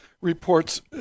reports